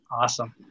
Awesome